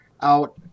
out